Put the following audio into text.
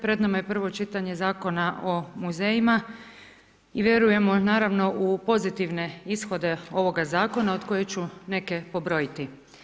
Pred nama je prvo čitanje Zakona o muzejima i vjerujemo naravno u pozitivne ishode ovoga zakona od koje ću neke pobrojiti.